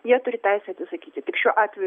jie turi teisę atsisakyti tik šiuo atveju